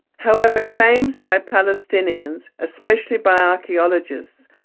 however claims by palestinians, especially by archaeologist,